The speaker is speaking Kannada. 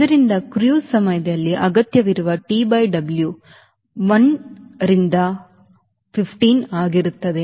ಆದ್ದರಿಂದ ಕ್ರೂಸ್ ಸಮಯದಲ್ಲಿ ಅಗತ್ಯವಿರುವ TW1 ರಿಂದ 15 ಆಗಿರುತ್ತದೆ